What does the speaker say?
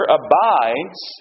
abides